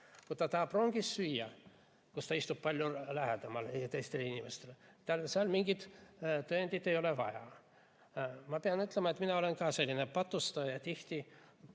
Kui ta tahab rongis süüa, kus ta istub palju lähemal teistele inimestele, mingit tõendit ei ole vaja. Ma pean ütlema, et mina olen ka selline patustaja